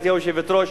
גברתי היושבת-ראש,